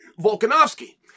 Volkanovsky